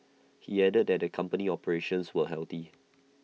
he added that the company's operations were healthy